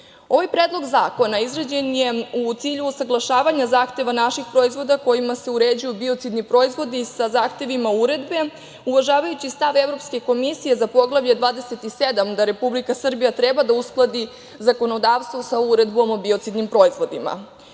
predlog zakona izrađen je u cilju usaglašavanja zahteva naših proizvoda kojima se uređuju biocidni proizvodi sa zahtevima Uredbe uvažavajući stav Evropske komisije za Poglavlje 27 da Republika Srbija treba da uskladi zakonodavstvo sa Uredbom o biocidnim proizvodima.